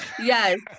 yes